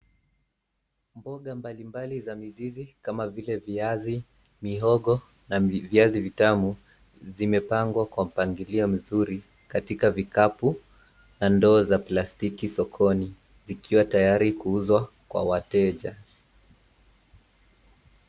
Mboga mbalimbali za mizizi kama vile viazi, mihogo na viazi vitamu zimepangwa kwa mpangilio vizuri katika vikapu na ndoo za plastiki sokoni zikiwa tayari kuuzwa kwa wateja.